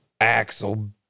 Axel